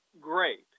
great